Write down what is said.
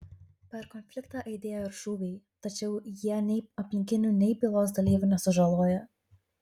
per konfliktą aidėjo ir šūviai tačiau jie nei aplinkinių nei bylos dalyvių nesužalojo